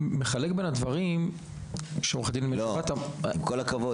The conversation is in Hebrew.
עם כל הכבוד,